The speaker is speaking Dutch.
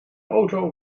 auto